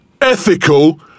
Ethical